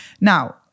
Now